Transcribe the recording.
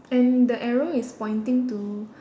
and the arrow is pointing to